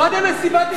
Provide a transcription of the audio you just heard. קודם מסיבת עיתונאים,